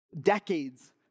decades